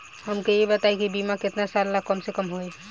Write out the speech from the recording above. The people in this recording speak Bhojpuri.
हमके ई बताई कि बीमा केतना साल ला कम से कम होई?